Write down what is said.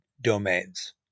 domains